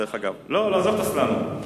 דרך אגב, לא עשינו סלאלום.